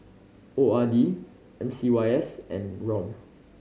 O R D M C Y S and ROM